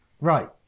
right